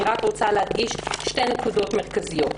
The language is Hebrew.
אני רק רוצה להדגיש שתי נקודות מרכזיות.